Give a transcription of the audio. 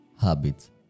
habits